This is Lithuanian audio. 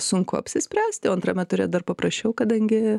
sunku apsispręsti o antrame ture dar paprasčiau kadangi